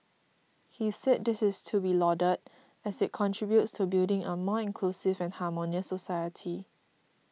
he said this is to be lauded as it contributes to building a more inclusive and harmonious society